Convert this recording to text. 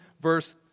verse